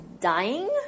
dying